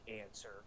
answer